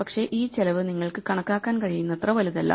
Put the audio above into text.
പക്ഷേ ഈ ചെലവ് നിങ്ങൾക്ക് കണക്കാക്കാൻ കഴിയുന്നത്ര വലുതല്ല